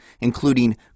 including